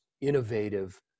innovative